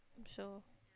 so